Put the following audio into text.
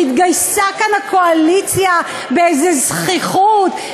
והתגייסה כאן הקואליציה באיזו זחיחות,